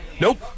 Nope